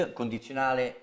condizionale